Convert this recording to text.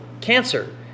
cancer